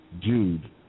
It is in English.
Jude